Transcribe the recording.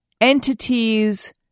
entities